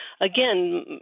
again